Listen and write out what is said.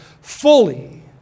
fully